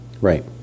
Right